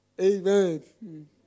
Amen